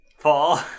Paul